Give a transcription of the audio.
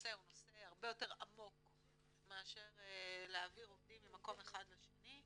שהנושא הוא נושא הרבה יותר עמוק מאשר להעביר עובדים ממקום אחד לשני,